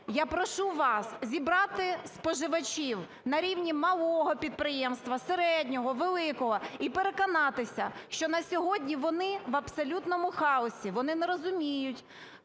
я прошу вас зібрати споживачів на рівні малого підприємства, середнього, великого і переконатися, що насьогодні вони в абсолютному хаосі, вони не розуміють,